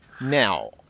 Now